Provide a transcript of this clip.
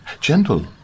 Gentle